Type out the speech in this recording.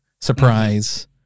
Surprise